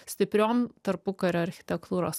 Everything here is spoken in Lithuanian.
stipriom tarpukario architektūros